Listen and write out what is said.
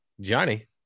Johnny